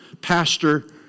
Pastor